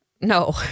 No